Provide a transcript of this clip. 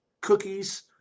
cookies